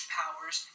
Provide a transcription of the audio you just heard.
powers